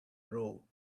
row